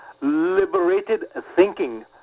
liberated-thinking